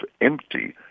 empty